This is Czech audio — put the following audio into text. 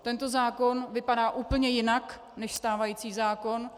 Tento zákon vypadá úplně jinak než stávající zákon.